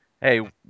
hey